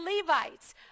Levites